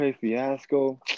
Fiasco